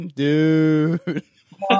dude